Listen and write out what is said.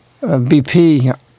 BP